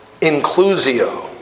inclusio